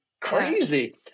crazy